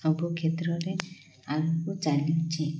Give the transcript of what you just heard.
ସବୁ କ୍ଷେତ୍ରରେ ଆଗକୁ ଚାଲିଛି